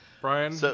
Brian